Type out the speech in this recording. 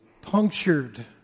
punctured